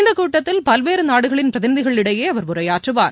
இந்தகூட்டத்தில் பல்வேறுநாடுகளின் பிரதிநிதிகள் இடையேஅவர் உரையாற்றுவார்